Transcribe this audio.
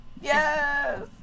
Yes